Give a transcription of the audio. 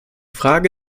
frage